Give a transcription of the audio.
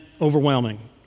overwhelming